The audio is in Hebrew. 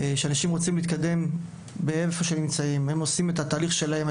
כשאנשים רוצים להתקדם מאיפה שהם נמצאים הם עושים את התהליך שלהם;